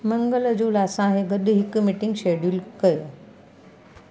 मंगल जो असांखे ॻडु हिकु मीटिंग शैडयूल कयो